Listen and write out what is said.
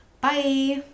Bye